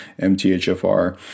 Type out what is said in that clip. MTHFR